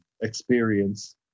experience